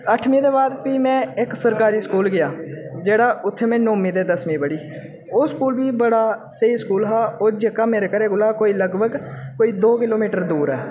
अट्ठमी दे बाद फ्ही में इक सरकारी स्कूल गेआ जेह्ड़ा उ'त्थें में नौमीं ते दसमीं पढ़ी ओह् स्कूल बी बड़ा स्हेई स्कूल हा होर जेह्का मेरे घरा कोला लगभग कोई दो किलोमीटर दूर ऐ